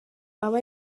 aba